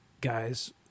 guys